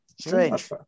Strange